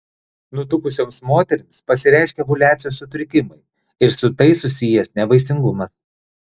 nutukusioms moterims pasireiškia ovuliacijos sutrikimai ir su tai susijęs nevaisingumas